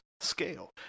Scale